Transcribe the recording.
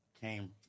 Came